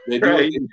Right